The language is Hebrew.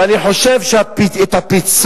ואני חושב שהפיצוי,